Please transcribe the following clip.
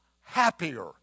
happier